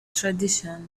tradition